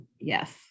yes